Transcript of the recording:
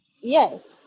Yes